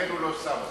לכן הוא לא שם אותו.